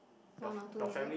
one or two million